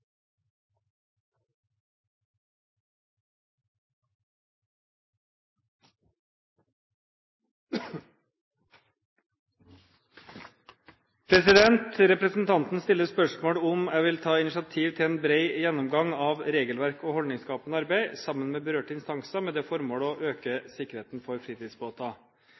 Representanten stiller spørsmål om jeg vil ta initiativ til en bred gjennomgang av regelverk og holdningsskapende arbeid sammen med berørte instanser, med det formål å øke sikkerheten for fritidsbåter.